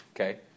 okay